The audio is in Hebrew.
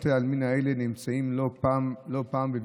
בתי העלמין האלה נמצאים לא פעם בוויכוח